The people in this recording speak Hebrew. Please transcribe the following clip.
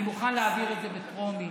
אני מוכן להעביר את זה בטרומית